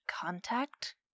contact